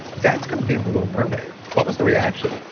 dad a is going be in the little mermaid what was their reaction?